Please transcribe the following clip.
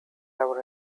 our